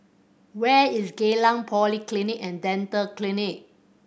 where is Geylang Polyclinic And Dental Clinic